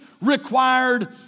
required